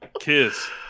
Kiss